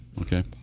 Okay